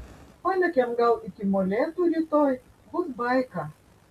palekiam gal iki molėtų rytoj bus baika